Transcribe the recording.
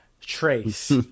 Trace